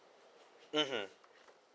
mmhmm